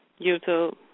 YouTube